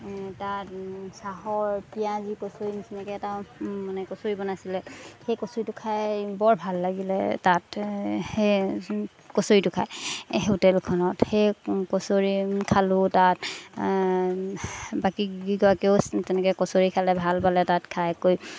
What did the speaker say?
তাত চাহৰ পিঁয়াজী কচৰি নিচিনাকৈ এটা মানে কচৰি বনাইছিলে সেই কচৰিটো খাই বৰ ভাল লাগিলে তাত সেই কচৰিটো খাই হোটেলখনত সেই কচৰি খালোঁ তাত বাকীকেইগৰাকীয়েও তেনেকৈ কচৰি খালে ভাল পালে তাত খাই কৰি